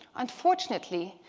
unfortunately,